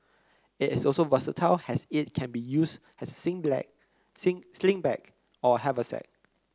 it is also versatile as it can be used as sling bag sing sling bag or a haversack